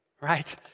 right